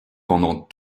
pendant